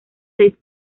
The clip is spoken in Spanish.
seis